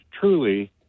truly